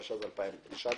התשע"ט-2018.